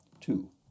two